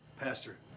pastor